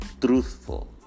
truthful